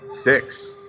six